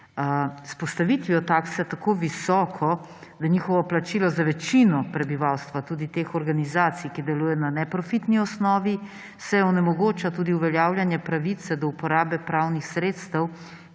S postavitvijo takse tako visoko, da njihovo plačilo za večino prebivalstva, tudi teh organizacij, ki delujejo na neprofitni osnovi, se onemogoča tudi uveljavljanje pravice do uporabe pravnih sredstev,